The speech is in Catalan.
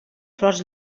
forts